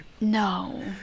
No